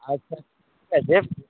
আচ্ছা ঠিক আছে